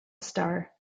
star